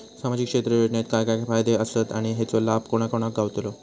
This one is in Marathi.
सामजिक क्षेत्र योजनेत काय काय फायदे आसत आणि हेचो लाभ कोणा कोणाक गावतलो?